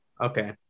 Okay